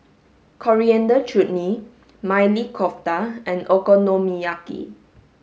Coriander Chutney Maili Kofta and Okonomiyaki